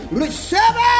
receive